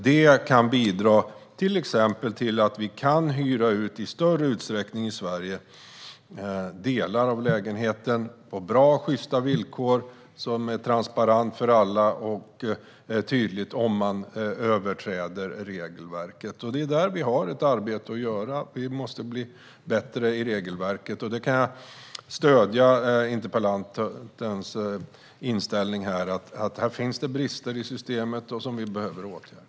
Det kan bidra till att vi i Sverige i större utsträckning kan hyra ut delar av lägenheten på bra och sjysta villkor som är transparenta för alla, och det blir tydligt om regelverket överträds. Där finns ett arbete att göra. Regelverket måste bli bättre. Jag kan stödja interpellantens inställning att det finns brister i systemet som behöver åtgärdas.